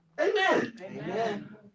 Amen